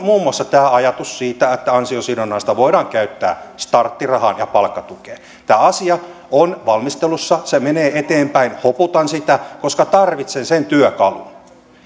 muun muassa tämä ajatus siitä että ansiosidonnaista voidaan käyttää starttirahaan ja palkkatukeen tämä asia on valmistelussa se menee eteenpäin hoputan sitä koska tarvitsen sen työkalun